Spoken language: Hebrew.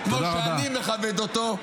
-- כמו שאני מכבד אותו.